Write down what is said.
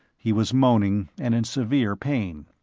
he was moaning and in severe pain.